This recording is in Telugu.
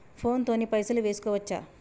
ఫోన్ తోని పైసలు వేసుకోవచ్చా?